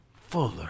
fuller